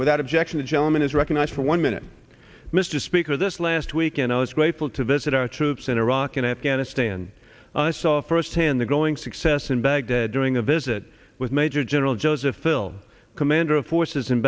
without objection the gentleman is recognized for one minute mr speaker this last weekend i was grateful to visit our troops in iraq in afghanistan and saw firsthand the growing success in baghdad during a visit with major general joseph fil commander of forces in